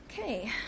Okay